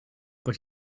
but